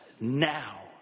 now